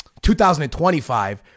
2025